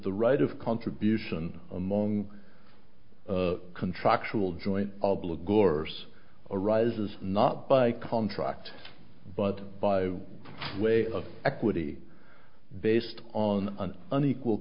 the right of contribution among contractual joint obligor worse arises not by contract but by way of equity based on an unequal